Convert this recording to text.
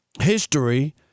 history